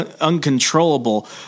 uncontrollable